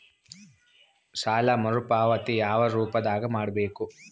ಸಾಲ ಮರುಪಾವತಿ ಯಾವ ರೂಪದಾಗ ಮಾಡಬೇಕು?